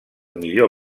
millor